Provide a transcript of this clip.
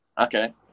Okay